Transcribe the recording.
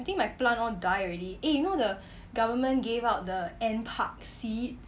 I think my plant all die already eh you know the government gave out the N_PARKS seeds